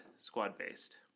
squad-based